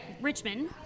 richmond